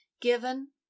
given